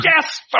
Yes